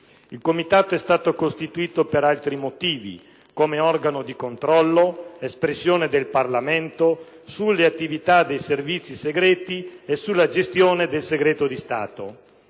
Il Comitato è stato costituito per altri motivi: come organo di controllo, espressione del Parlamento, sulle attività dei servizi segreti e sulla gestione del segreto di Stato.